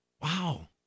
Wow